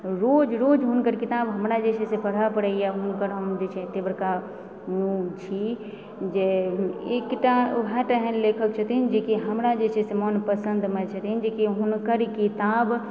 रोज रोज हुनकर किताब हमरा जे छै से पढ़ऽ पड़इए हुनकर हम जे छै अते बड़का फैन छी जे एक टा वएह टा एहन लेखक छथिन जे कि हमरा जे छै से मोन पसन्दमे छथिन जे कि हुनकर किताब